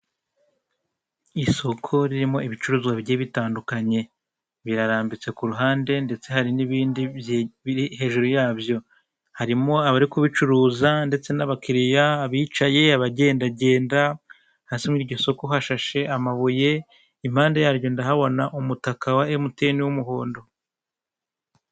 Isoko ririmo ibicuruzwa bigiye bitandukanye birarambitse k'uruhande ndetse hari n'ibindi biri hejuru yabyo, harimo abari kubicuruza ndetse n'abakiriya bicaye abagendagenda hasi muri iryo soko hashashe amabuye impande yaryo ndahabona umutaka wa emutiyene w'umuhondo.